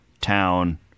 town